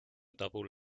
double